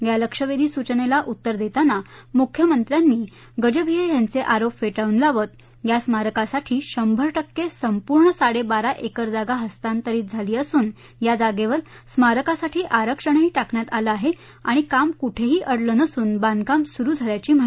या लक्षवेधी सूचनेला उत्तर देताना मुख्यमंत्र्यांनी गजभिये यांचे आरोप फेटाळून लावत या स्मारकासाठी शंभर टक्के संपूर्ण साडेबारा एकर जागा हस्तांतरित झाली असून या जागेवर स्मारकासाठी आरक्षणही टाकण्यात आलं आहे आणि काम कुठेही अडलं नसून बांधकाम सुरू झाल्याची माहिती दिली